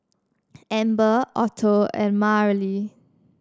Amber Otto and Marely